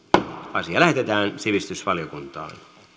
asia lähetetään sivistysvaliokuntaan